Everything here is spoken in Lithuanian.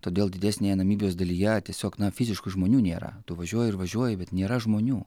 todėl didesnėje namibijos dalyje tiesiog na fiziškų žmonių nėra tu važiuoji ir važiuoji bet nėra žmonių